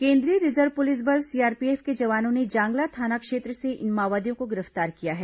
केंद्रीय reserve police बल CRPF के जवानों ने जांगला थाना क्षेत्र से इन माओवादियों को गिरफ्तार किया है